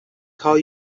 call